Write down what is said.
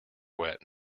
wet